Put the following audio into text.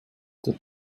der